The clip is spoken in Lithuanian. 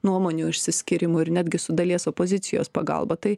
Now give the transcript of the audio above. nuomonių išsiskyrimų ir netgi su dalies opozicijos pagalba tai